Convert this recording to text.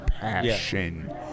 passion